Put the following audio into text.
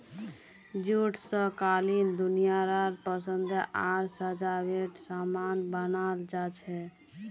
jute स कालीन दरियाँ परदे आर सजावटेर सामान बनाल जा छेक